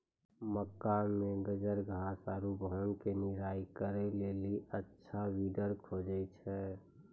मक्का मे गाजरघास आरु भांग के निराई करे के लेली अच्छा वीडर खोजे छैय?